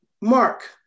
Mark